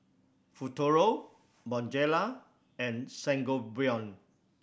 Futuro Bonjela and Sangobion